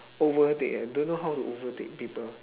overtake ah don't know how to overtake people